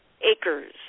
acres